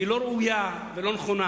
היא לא ראויה ולא נכונה.